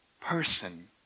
person